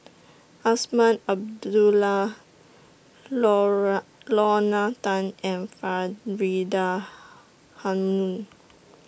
Azman Abdullah Lora Lorna Tan and Faridah Hanum